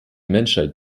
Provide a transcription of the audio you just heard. menschheit